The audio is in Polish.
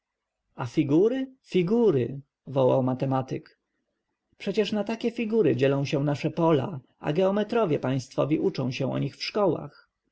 a figury figury wołał matematyk przecież na takie figury dzielą się nasze pola a jeometrowie państwowi uczą się o nich w szkołach